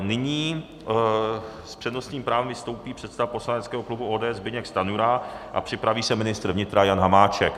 Nyní s přednostním právem vystoupí předseda poslaneckého klubu ODS Zbyněk Stanjura a připraví se ministr vnitra Jan Hamáček.